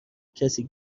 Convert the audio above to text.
کسی